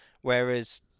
whereas